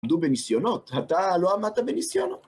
עמדו בניסיונות, אתה לא עמד בניסיונות.